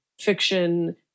fiction